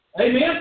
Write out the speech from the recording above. Amen